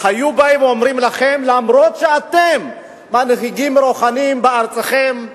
היו באים ואומרים להם: אף-על-פי שאתם מנהיגים רוחניים בארצכם,